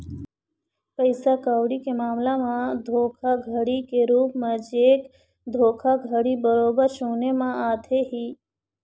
पइसा कउड़ी के मामला म धोखाघड़ी के रुप म चेक धोखाघड़ी बरोबर सुने म आथे ही